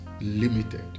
limited